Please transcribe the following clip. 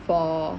for